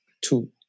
two